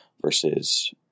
versus